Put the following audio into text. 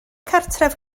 cartref